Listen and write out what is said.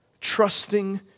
trusting